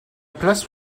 place